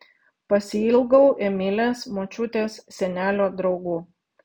pasiilgau emilės močiutės senelio draugų